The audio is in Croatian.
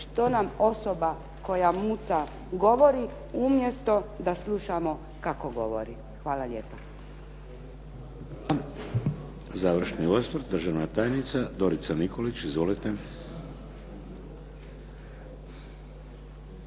što nam osoba koja muca govori umjesto da slušamo kako govori. Hvala lijepo.